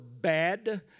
bad